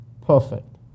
perfect